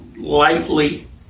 lightly